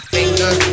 Finger